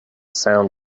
sound